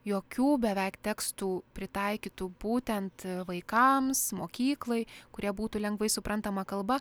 jokių beveik tekstų pritaikytų būtent vaikams mokyklai kurie būtų lengvai suprantama kalba